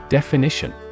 Definition